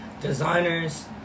designers